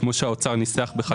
כמוש האוצר ניסח בחקיקה אחרת.